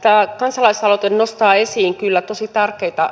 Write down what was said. tämä kansalaisaloite nostaa esiin kyllä tosi tärkeitä